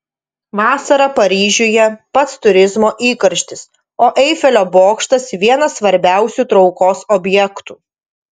vasarą paryžiuje pats turizmo įkarštis o eifelio bokštas vienas svarbiausių traukos objektų